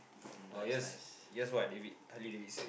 or just what David what did David say